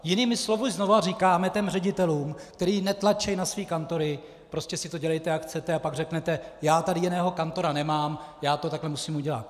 Jinými slovy znova říkáme ředitelům, kteří netlačí na své kantory, prostě si to dělejte, jak chcete, a pak řeknete, já tady jiného kantora nemám, já to takhle musím udělat.